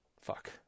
fuck